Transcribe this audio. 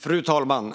Fru talman!